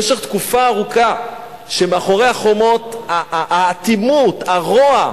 שמאחורי החומות, האטימות, הרוע.